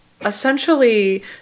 essentially